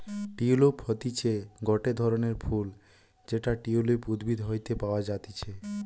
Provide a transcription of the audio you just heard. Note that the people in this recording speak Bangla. টিউলিপ হতিছে গটে ধরণের ফুল যেটা টিউলিপ উদ্ভিদ হইতে পাওয়া যাতিছে